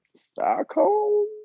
Stockholm